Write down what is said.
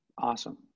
Awesome